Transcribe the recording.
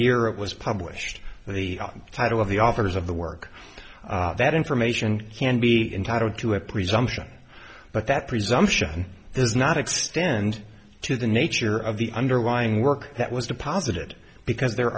it was published the title of the authors of the work that information can be entitled to a presumption but that presumption is not extend to the nature of the underlying work that was deposited because there